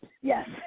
Yes